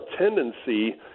tendency